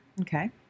okay